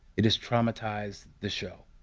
it has traumatized the show.